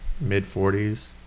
mid-40s